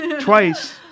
twice